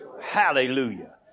Hallelujah